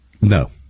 No